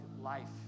life